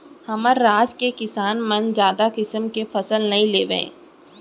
हमर राज के किसान मन जादा किसम के फसल नइ लेवय